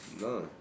No